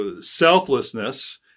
selflessness